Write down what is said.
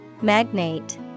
Magnate